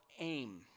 aim